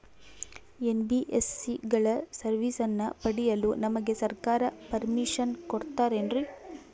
NBSC ಗಳ ಸರ್ವಿಸನ್ನ ಪಡಿಯಲು ನಮಗೆ ಸರ್ಕಾರ ಪರ್ಮಿಷನ್ ಕೊಡ್ತಾತೇನ್ರೀ?